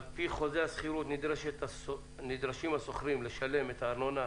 על פי חוזה השכירות נדרשים השוכרים לשלם את הארנונה,